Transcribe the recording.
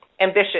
ambitious